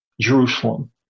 Jerusalem